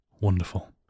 Wonderful